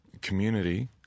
community